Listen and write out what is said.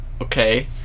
Okay